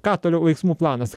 ką toliau veiksmų planas